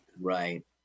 right